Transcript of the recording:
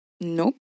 Nope